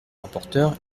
rapporteur